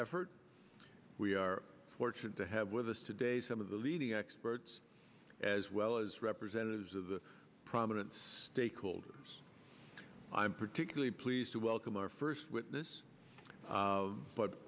effort we are fortunate to have with us today some of the leading experts as well as representatives of the prominent stakeholders i'm particularly pleased to welcome our first witness